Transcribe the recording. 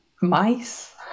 Mice